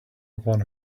upon